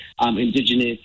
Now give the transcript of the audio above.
indigenous